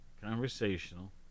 conversational